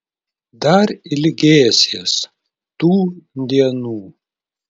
dar ilgėsies tų dienų